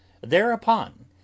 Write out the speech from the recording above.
Thereupon